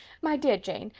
my dear jane,